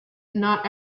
not